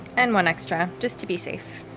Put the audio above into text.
and one extra just to be safe,